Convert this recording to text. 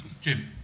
Jim